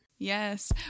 yes